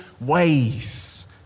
ways